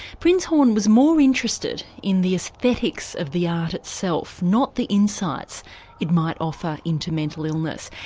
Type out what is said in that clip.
prinzhorn was more interested in the aesthetics of the art itself, not the insights it might offer into mental illness.